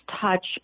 touch